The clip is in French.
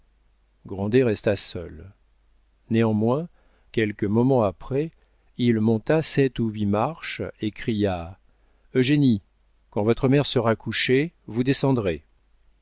resta seul néanmoins quelques moments après il monta sept ou huit marches et cria eugénie quand votre mère sera couchée vous descendrez